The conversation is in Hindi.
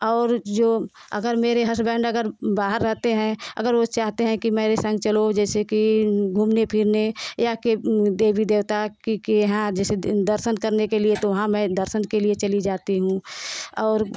और जो अगर मेरे हस्बैंड अगर बाहर रहते हैं अगर वो चाहते हैं कि मेरे संग चलो जैसे कि घूमने फिरने या कि देवी देवता के इहा दर्शन करने के लिये तो वहा मै दर्शन करने चली जाती हूँ और